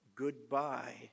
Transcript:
Goodbye